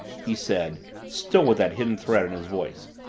he said, still with that hidden threat in his voice,